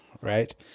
right